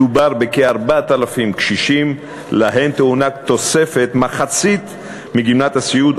מדובר בכ-4,000 קשישים שלהם תוענק תוספת של מחצית מגמלת הסיעוד,